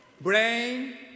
Brain